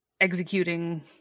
executing